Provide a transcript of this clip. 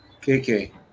KK